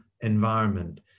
environment